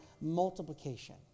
multiplication